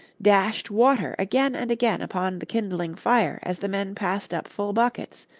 dashed water again and again upon the kindling fire as the men passed up full buckets,